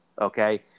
okay